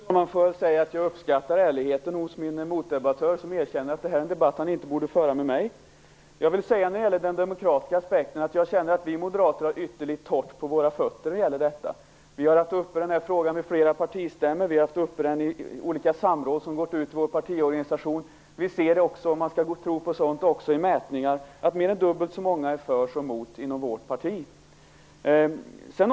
Herr talman! Jag vill först säga att jag uppskattar ärligheten hos min meddebattör, som erkänner att han inte borde föra denna debatt med mig. Jag känner att vi moderater har ytterligt torrt på fötterna när det gäller den demokratiska aspekten. Vi har haft denna fråga uppe vid flera partistämmor. Vi har tagit upp den i olika samråd inom vår partiorganisation. Vi kan också i mätningar - om man skall tro på sådana - se att i vårt parti är mer än dubbelt så många för medlemskap som mot.